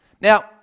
Now